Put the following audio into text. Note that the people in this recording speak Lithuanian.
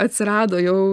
atsirado jau